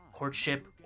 courtship